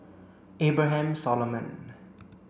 Abraham Solomon